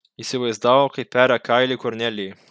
įsivaizdavo kaip peria kailį kornelijai